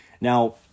Now